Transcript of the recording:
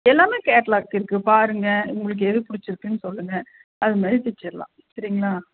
எல்லாமே கேட்லாக் இருக்கு பாருங்கள் உங்களுக்கு எது பிடிச்சிருக்குனு சொல்லுங்கள் அது மாதிரி தச்சிடலாம் சரிங்களா